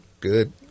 good